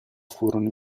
furono